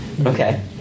Okay